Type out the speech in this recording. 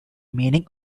meaning